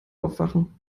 aufwachen